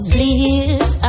Please